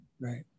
Right